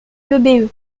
l’ebe